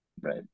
Right